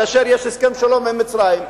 כאשר יש הסכם שלום עם מצרים,